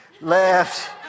left